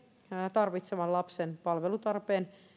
tarvitsevan lapsen palvelutarpeen